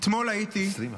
20%?